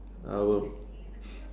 I will